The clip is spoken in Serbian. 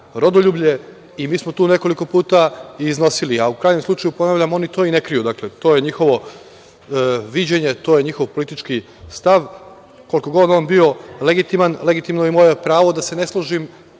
i mi smo to nekoliko puta i iznosili. U krajnjem slučaju, oni to i ne kriju. Dakle, to je njihovo viđenje, to je njihov politički stav. Koliko god on bio legitiman, legitimno je i moje pravo da se ne složim